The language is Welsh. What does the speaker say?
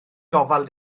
gofal